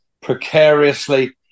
precariously